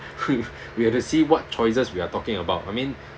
we have to see what choices we are talking about I mean